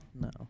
No